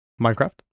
Minecraft